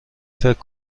فکر